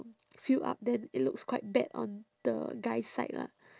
fill up then it looks quite bad on the guy's side lah